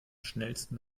schnellsten